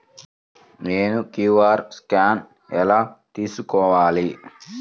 నేను QR scan ఎలా తీసుకోవాలి?